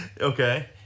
Okay